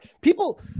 people